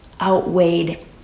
outweighed